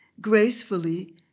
gracefully